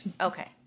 Okay